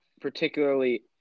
particularly